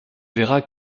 verras